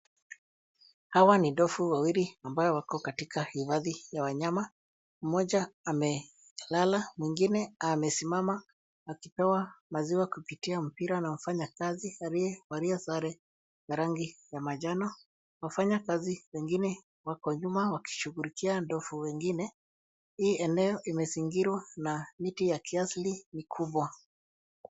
Hawa ni ndovu wawili ambao wako kwenye hifadhi ya wanyama. Mmoja amelala, mwengine amesimama akipewa maziwa kupitia mpira na wafanyakazi waliovalia sare za rangi ya manjano. Wafanyakazi wengine wako nyuma wakishughulikia ndovu wengine. Hii eneo imezingirwa na miti ya kiasili mikubwa.